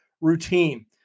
Routine